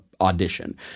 audition